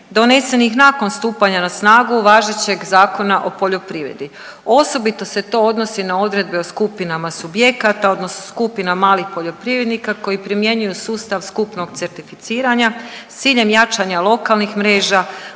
donesenih nakon stupanja na snagu važećeg Zakona o poljoprivredi. Osobito se to odnosi na odredbe o skupinama subjekata odnosno skupina malih poljoprivrednika koji primjenjuju sustav skupnog certificiranja s ciljem jačanja lokalnih mreža,